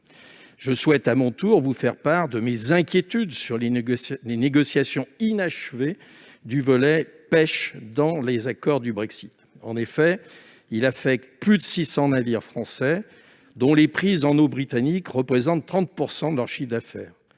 Je souhaite à mon tour vous faire part de mes inquiétudes sur les négociations inachevées du volet pêche dans les accords du Brexit. Ce dernier affecte en effet plus de 600 navires français, dont les prises en eaux britanniques représentent 30 % du chiffre d'affaires.